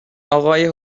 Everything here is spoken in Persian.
آقای